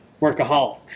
workaholics